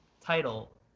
title